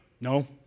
No